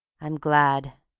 i'm glad!